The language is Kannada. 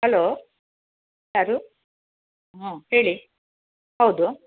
ಹಲೋ ಯಾರು ಹಾಂ ಹೇಳಿ ಹೌದು